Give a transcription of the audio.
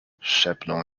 szepnął